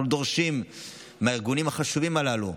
אנחנו דורשים מהארגונים החשובים הללו,